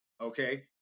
okay